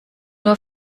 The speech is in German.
nur